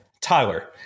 Tyler